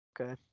okay